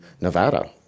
Nevada